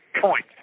point